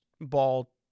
ball